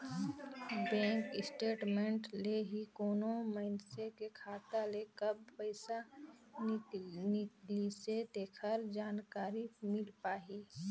bank statement ले ही कोनो मइनसे के खाता ले कब पइसा निकलिसे तेखर जानकारी मिल पाही